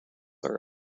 are